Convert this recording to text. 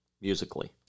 musically